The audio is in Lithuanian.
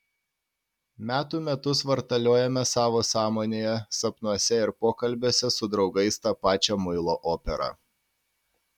metų metus vartaliojame savo sąmonėje sapnuose ir pokalbiuose su draugais tą pačią muilo operą